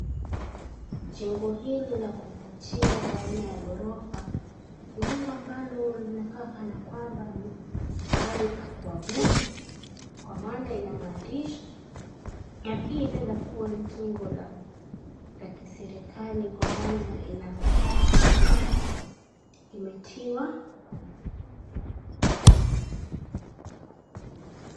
Jengo hili la kuvutia aina ya ghorofa ni jengo ambalo linakaa kana kwamba ni mahali pa kuabudu, kwa maana ina maandishi. Na pia inaweza kuwa ni jengo la kiserikali kwa maana imetiwa.